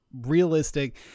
realistic